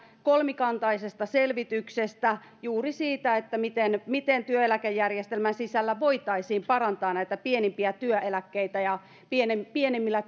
kolmikantaisesta selvityksestä juuri siitä miten työeläkejärjestelmän sisällä voitaisiin parantaa näitä pienimpiä työeläkkeitä ja pienimmillä